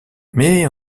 mais